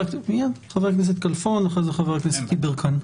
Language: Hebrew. חבר הכנסת כלפון ולאחריו חבר הכנסת יברקן.